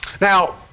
Now